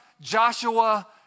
Joshua